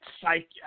psych